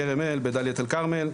כרם אל בדאלית אל כרמל,